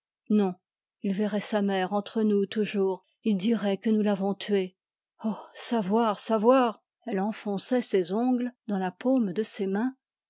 non il verrait sa mère entre nous toujours il dirait que nous l'avons tuée oh savoir savoir elle enfonçait ses ongles dans la paume de ses mains